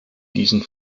diesen